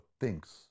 thinks